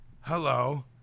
Hello